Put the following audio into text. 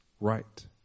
right